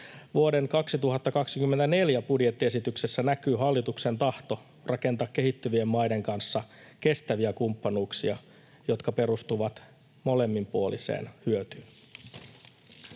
Vuoden 2024 budjettiesityksessä näkyy hallituksen tahto rakentaa kehittyvien maiden kanssa kestäviä kumppanuuksia, jotka perustuvat molemminpuoliseen hyötyyn.